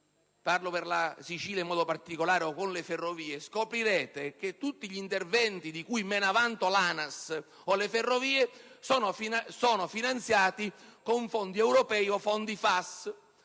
parlo della Sicilia in modo particolare - si scopre che tutti gli interventi di cui menano vanto l'ANAS e le Ferrovie sono finanziati con fondi europei o fondi FAS,